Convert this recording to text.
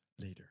later